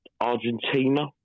Argentina